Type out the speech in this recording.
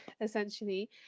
essentially